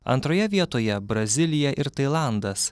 antroje vietoje brazilija ir tailandas